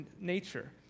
nature